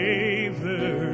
Favor